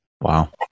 Wow